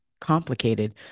Complicated